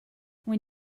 when